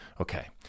Okay